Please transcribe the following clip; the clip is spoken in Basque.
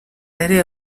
ere